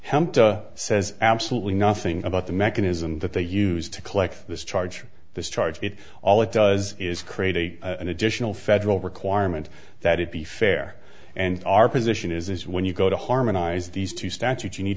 says absolutely nothing about the mechanism that they use to collect this charge this charge it all it does is create a additional federal requirement that it be fair and our position is when you go to harmonize these two statutes you need